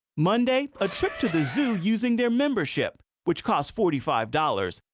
monday, a trip to the zoo using their membership, which cost forty five dollars,